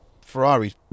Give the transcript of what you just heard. Ferrari's